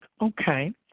Okay